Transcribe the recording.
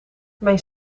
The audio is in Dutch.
mijn